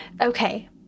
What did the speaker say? Okay